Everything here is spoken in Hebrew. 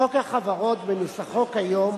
חוק החברות בנוסחו כיום